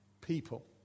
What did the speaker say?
people